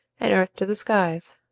and earth to the skies.